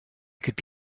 could